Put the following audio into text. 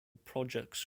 projects